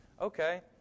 Okay